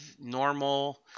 normal –